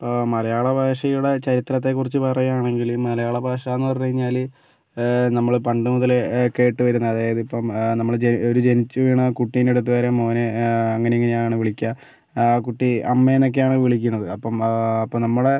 ഇപ്പോൾ മലയാള ഭാഷയുടെ ചരിത്രത്തെക്കുറിച്ച് പറയാണെങ്കില് മലയാള ഭാഷാന്ന് പറഞ്ഞു കഴിഞ്ഞാല് നമ്മൾ പണ്ട് മുതലേ കേട്ടുവരുന്ന അതായത് ഇപ്പം നമ്മള് ഒരു ജനിച്ച് വീണ കുട്ടീൻ്റെ അടുത്ത് വരെ മോനെ അങ്ങനെ ഇങ്ങനെയാണ് വിളിക്കാ ആ കുട്ടി അമ്മേനൊക്കെയാണ് വിളിക്കണത് അപ്പം അപ്പം നമ്മളെ